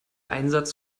einsatz